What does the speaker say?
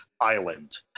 island